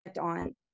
on